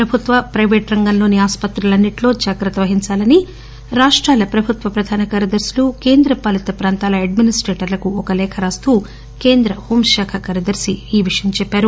ప్రభుత్వ ప్రైవేట్ రంగంలోని ఆస్పత్రులన్నిట్లో జాగ్రత్త వహించాలని రాష్రాల ప్రభుత్వ ప్రధాన కార్యదర్పులు కేంద్ర పాలిత ప్రాంతాల అడ్మినిస్టేటర్లకు ఒక లేఖ రాస్తూ కేంద్ర హోం శాఖ కార్యదర్శి ఈ విషయం చెప్పారు